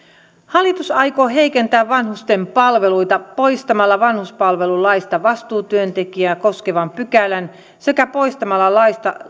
hallitus aikoo heikentää vanhusten palveluita poistamalla vanhuspalvelulaista vastuutyöntekijää koskevan pykälän sekä poistamalla laista